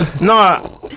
No